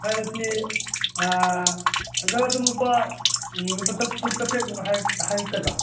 ꯍꯥꯏꯕꯁꯤ ꯑꯪꯀꯜ ꯑꯗꯨꯝ ꯂꯨꯄꯥ ꯎꯝ ꯂꯨꯄꯥ ꯆꯥꯇ꯭ꯔꯨꯛ ꯆꯥꯇ꯭ꯔꯦꯠꯃꯨꯛ ꯍꯥꯏꯔꯛꯀꯗ꯭ꯔꯥ